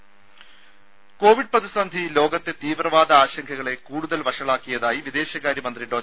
രുര കോവിഡ് പ്രതിസന്ധി ലോകത്തെ തീവ്രവാദ ആശങ്കകളെ കൂടുതൽ വഷളാക്കിയതായി വിദേശകാര്യ മന്ത്രി ഡോ